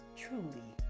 truly